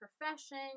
profession